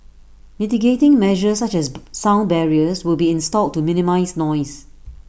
mitigating measures such as sound barriers will be installed to minimise noise